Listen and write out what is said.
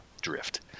drift